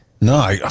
No